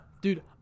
Dude